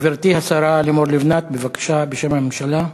גברתי השרה לימור לבנת, בבקשה, בשם הממשלה.